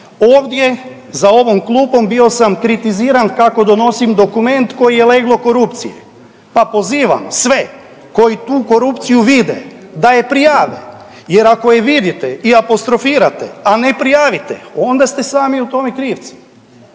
ovdje za ovom klupom bio sam kritiziran kako donosim dokument koji je leglo korupcije, pa pozivam sve koji tu korupciju vide da je prijave jer ako je vidite i apostrofirate, a ne prijavite onda ste sami u tome krivci.